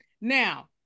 Now